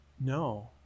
No